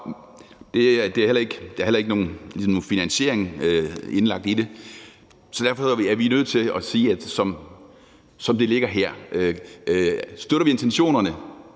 Så er der heller ikke nogen finansiering indlagt i det, og derfor er vi nødt til at sige, at som det ligger her, støtter vi intentionerne,